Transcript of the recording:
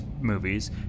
movies